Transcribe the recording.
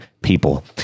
people